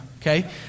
Okay